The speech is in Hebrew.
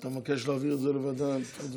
אתה מבקש להעביר את זה לוועדת החוץ והביטחון?